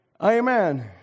Amen